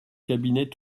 cabinet